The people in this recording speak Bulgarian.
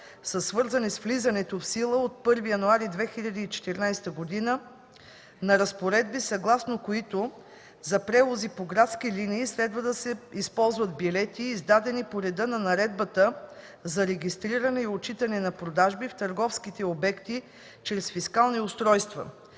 са свързани с влизането в сила от 1 януари 2014 г. на разпоредби, съгласно които за превози по градски линии следва да се използват билети, издадени по реда на Наредбата за регистриране и отчитане на продажби в търговските обекти чрез фискални устройства.